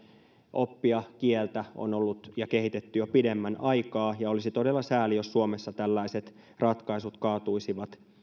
oppia kieltä on ollut ja kehitetty jo pidemmän aikaa ja olisi todella sääli jos suomessa tällaiset ratkaisut kaatuisivat